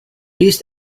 this